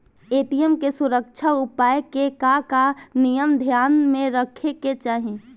ATM के सुरक्षा उपाय के का का नियम ध्यान में रखे के चाहीं?